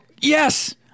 Yes